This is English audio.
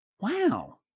Wow